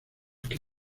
que